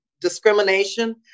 discrimination